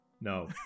no